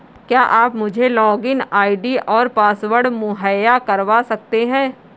क्या आप मुझे लॉगिन आई.डी और पासवर्ड मुहैय्या करवा सकते हैं?